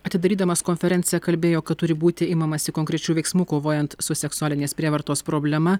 atidarydamas konferenciją kalbėjo kad turi būti imamasi konkrečių veiksmų kovojant su seksualinės prievartos problema